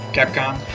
Capcom